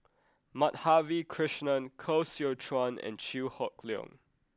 Madhavi Krishnan Koh Seow Chuan and Chew Hock Leong